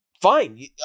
fine